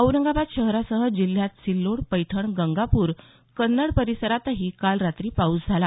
औरंगाबाद शहरासह जिल्ह्यात सिल्लोड पैठण गंगापूर कन्नड परिसरातही काल रात्री पाऊस झाला